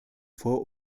vor